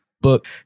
book